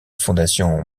fondation